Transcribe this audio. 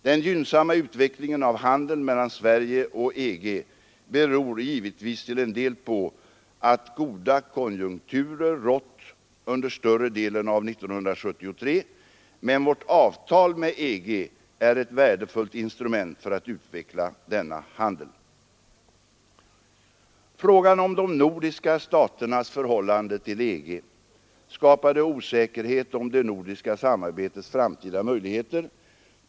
Den gynnsamma utvecklingen av handeln mellan Sverige och EG beror givetvis till en del på att goda konjunkturer rått under större delen av 1973, men vårt avtal med EG är ett värdefullt instrument för att utveckla denna handel. Frågan om de nordiska staternas förhållande till EG skapade osäkerhet om det nordiska samarbetets framtida möjligheter.